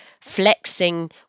flexing